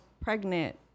pregnant